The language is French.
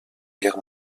guerre